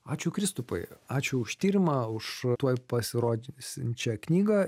ačiū kristupai ačiū už tyrimą už tuoj pasirodysiančią knygą